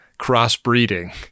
crossbreeding